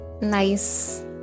nice